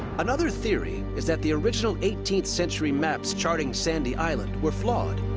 another theory is that the original eighteenth century maps charting sandy island were flawed.